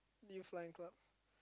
youth flying club